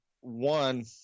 one